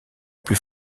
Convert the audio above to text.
plus